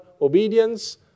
obedience